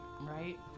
right